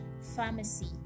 pharmacy